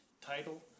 title